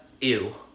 ew